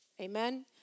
Amen